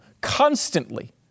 constantly